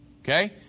Okay